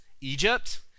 Egypt